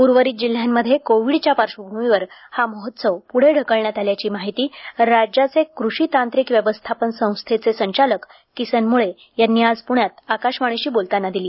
उर्वरीत जिल्हयामध्ये कोविडच्या पार्श्वभूमीवर महोत्सव पुढे ढकलण्यात आल्याची माहिती राज्याचे कृषी तांत्रिक व्यवस्थापन संस्था आत्मा संचालक किसन मुळे यांनी आकाशवाणीशी बोलताना दिली